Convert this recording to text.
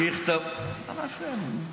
אתה נמצא באותה סיטואציה?